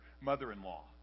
mother-in-law